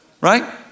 right